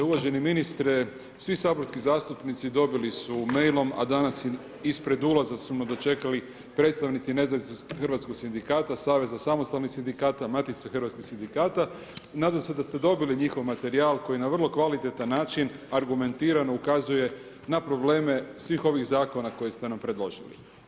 Uvaženi ministre, svi saborski zastupnici dobili su mailom, a danas i ispred ulaza su me dočekali predstavnici nezavisnih hrvatskog sindikata, saveza samostalnih sindikata, matice hrvatskih sindikata i nadam se da ste dobili njihov materijal koji na vrlo kvalitetan način argumentirano ukazuje na probleme svih ovih zakona koje ste nam predložili.